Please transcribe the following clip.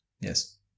Yes